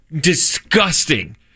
disgusting